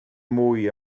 mwy